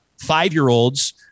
five-year-olds